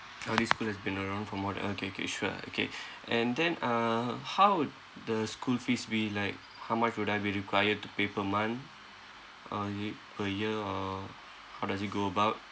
orh this school has been around for more than okay okay sure okay and then uh how the school fees be like how much would I be required to pay per month a ye~ per year uh how does it go about